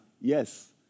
Yes